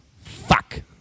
Fuck